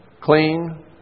clean